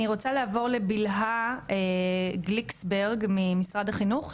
אני רוצה לעבור לבלהה גליקסברג ממשרד החינוך,